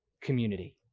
community